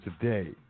today